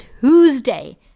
Tuesday